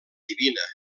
divina